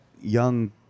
young